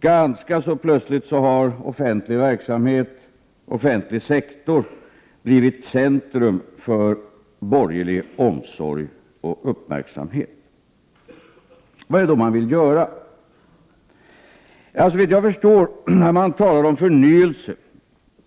Ganska plötsligt har den offentliga sektorn blivit centrum för borgerlig omsorg och uppmärksamhet. Vad är det då man vill göra? När man talar om förnyelse